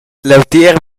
leutier